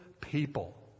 people